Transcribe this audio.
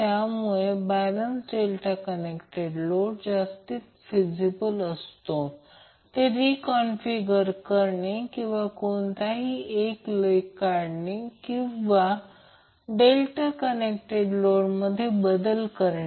त्यामुळे balance delta connected load जास्त feasible असतो ते रिकाँन्फिगर करणे किंवा कोणता एक लेग काढणे किंवा डेल्टा कंनेक्टेड लोडमध्ये बदल करणे